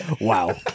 Wow